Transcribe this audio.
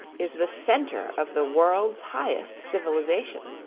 is the center of the world's highest civilization.